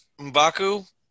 M'Baku